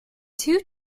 two